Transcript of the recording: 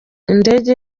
indege